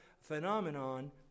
phenomenon